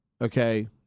okay